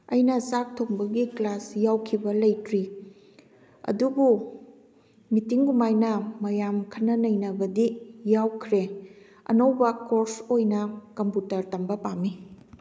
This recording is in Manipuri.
ꯑꯩꯅ ꯆꯥꯛ ꯊꯣꯡꯕꯒꯤ ꯀ꯭ꯂꯥꯁ ꯌꯥꯎꯈꯤꯕ ꯂꯩꯇ꯭ꯔꯤ ꯑꯗꯨꯕꯨ ꯃꯤꯇꯤꯡꯗꯨꯃꯥꯏꯅ ꯃꯌꯥꯝ ꯈꯟꯅ ꯅꯩꯅꯕꯗꯤ ꯌꯥꯎꯈ꯭ꯔꯦ ꯑꯅꯧꯕ ꯀꯣꯔꯁ ꯑꯣꯏꯅ ꯀꯝꯄꯨꯇꯔ ꯇꯝꯕ ꯄꯥꯝꯃꯤ